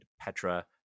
Petra